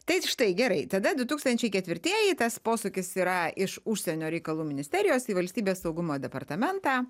tai štai gerai tada du tūkstančiai ketvirtieji tas posūkis yra iš užsienio reikalų ministerijos į valstybės saugumo departamentą